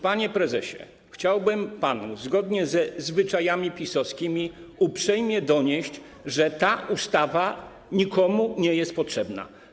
Panie prezesie, chciałbym panu, zgodnie ze zwyczajami PiS-owskimi, uprzejmie donieść, że ta ustawa nikomu nie jest potrzebna.